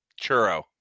Churro